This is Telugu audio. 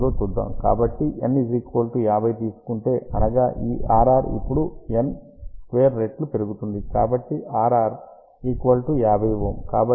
కాబట్టి N 50 తీసుకుంటే అనగా ఈ Rr ఇప్పుడు N2 రెట్లు పెరిగింది కాబట్టి Rr 50 Ω